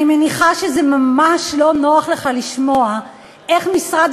אני מניחה שזה ממש לא נוח לך לשמוע איך משרד